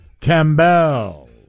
Campbell